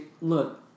look